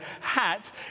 hat